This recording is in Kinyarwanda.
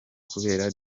kubera